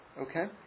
Okay